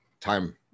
Time